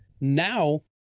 Now